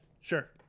sure